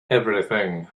everything